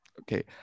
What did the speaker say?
Okay